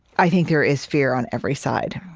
i think there is fear on every side,